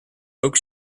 oak